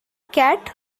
cat